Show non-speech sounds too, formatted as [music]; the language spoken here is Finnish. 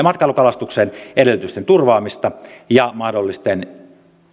[unintelligible] matkailukalastuksen edellytysten turvaamista ja mahdollisten